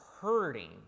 hurting